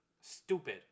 stupid